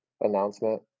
announcement